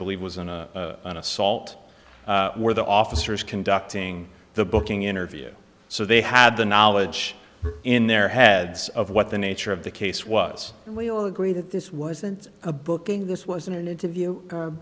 believe was an assault where the officers conducting the booking interview so they had the knowledge in their heads of what the nature of the case was and we all agree that this wasn't a booking this was an interview